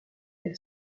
elle